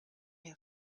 have